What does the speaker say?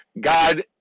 God